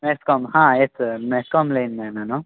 ಮೆಸ್ಕೋಮ್ ಹಾಂ yes sir MESCOM line man ನಾನು